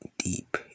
deep